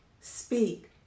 speak